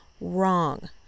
Wrong